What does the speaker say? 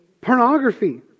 Pornography